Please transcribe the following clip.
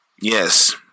yes